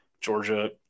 Georgia